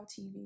TV